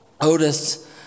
Otis